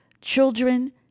Children